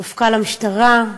מפכ"ל המשטרה,